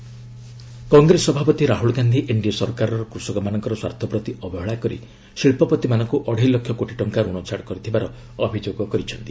Rahul OBC ସମ୍ମିଳନ Congress ସଭାପତି Rahul Gandhi NDA ସରକାର କୃଷକମାନଙ୍କର ସ୍ୱାର୍ଥପ୍ରତି ଅବହେଳା କରି ଶିଳ୍ପପତିମାନଙ୍କୁ ଅଢ଼େଇ ଲକ୍ଷ କୋଟି ଟଙ୍କା ଋଣ ଛାଡ଼ କରିଥିବାର ଅଭିଯୋଗ କରିଛନ୍ତି